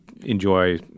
enjoy